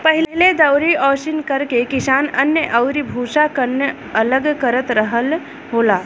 पहिले दउरी ओसौनि करके किसान अन्न अउरी भूसा, कन्न अलग करत रहल हालो